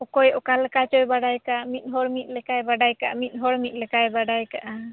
ᱚᱠᱚᱭ ᱚᱠᱟ ᱞᱮᱠᱟ ᱪᱚᱭ ᱵᱟᱰᱟᱭ ᱠᱟᱱ ᱢᱤᱫ ᱦᱚᱲ ᱢᱤᱫ ᱦᱚᱲ ᱢᱤᱫ ᱞᱮᱠᱟᱭ ᱵᱟᱰᱟᱭ ᱠᱟᱜᱼᱟ ᱢᱤᱫ ᱦᱚᱲ ᱢᱤᱫ ᱞᱮᱠᱟᱭ ᱵᱟᱰᱟᱭ ᱠᱟᱜᱼᱟ